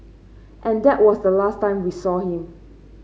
and that was the last time we saw him